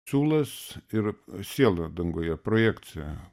siūlas ir siela danguje projekcija